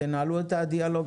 תנהלו איתה דיאלוג,